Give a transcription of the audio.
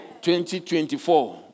2024